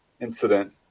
incident